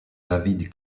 david